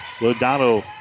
Lodano